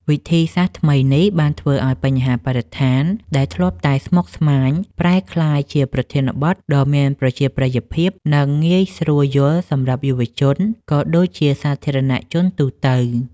វិធីសាស្ត្រថ្មីនេះបានធ្វើឱ្យបញ្ហាបរិស្ថានដែលធ្លាប់តែស្មុគស្មាញ ប្រែក្លាយជាប្រធានបទដ៏មានប្រជាប្រិយភាព និងងាយស្រួលយល់សម្រាប់យុវជន ក៏ដូចជាសាធារណជនទូទៅ។